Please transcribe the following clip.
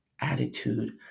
attitude